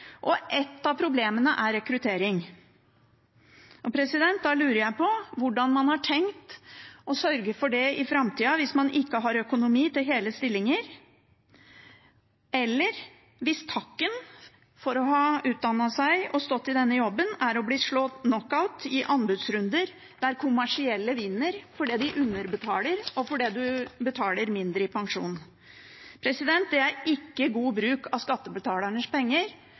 og et av problemene er rekruttering. Da lurer jeg på hvordan man har tenkt å sørge for det i framtiden hvis man ikke har økonomi til hele stillinger, eller hvis takken for å ha utdannet seg og stått i denne jobben er å bli slått knockout i anbudsrunder der kommersielle vinner fordi de underbetaler, og fordi en betaler mindre i pensjon. Det er ikke god bruk av skattebetalernes penger